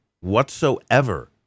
whatsoever